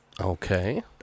okay